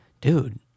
dude